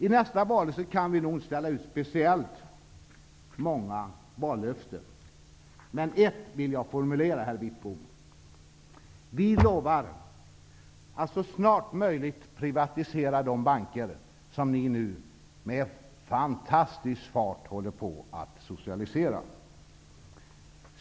I nästa valrörelse kan vi nog inte utfästa så speciellt många vallöften, men ett vill jag formulera, herr Wittbom: Vi lovar att så snart som möjligt privatisera de banker som ni nu med fantastisk fart håller på att socialisera.